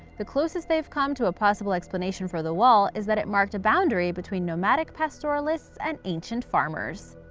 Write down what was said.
the closest they've come to a possible explanation for the wall is that it marked a boundary between nomadic pastoralists and ancient farmers.